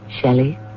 Shelley